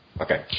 okay